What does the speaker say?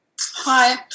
Hi